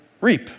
reap